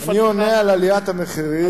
אני עונה על עליית המחירים.